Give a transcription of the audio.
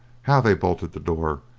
how they bolted the door,